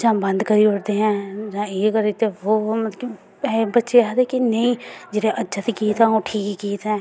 जां बंद करी ओड़दे जां एह् वो करी ओड़दे कि बच्चे आक्खदे नेईं जेह्ड़े अज्ज दे गीत ऐं ओह् ठीक न